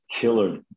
killer